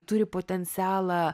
turi potencialą